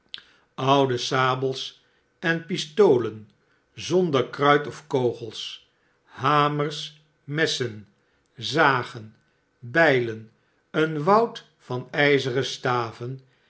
oude sabels en pistolen zonder kruit of kogels hamers messen zagen bijlen een woud van ijzeren staven